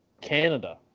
Canada